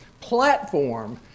platform